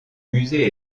musée